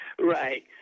right